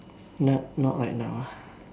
not not right now ah